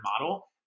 model